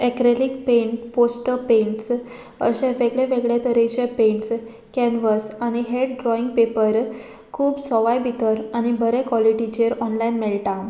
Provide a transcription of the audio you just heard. acrylic paint poster paints अशे वेगळे वेगळे तरेचे पेंट्स कॅनवस आनी हेर ड्रॉइंग पेपर खूब सवाय भितर आनी बरें क्वॉलिटीचेर ऑनलायन मेळटा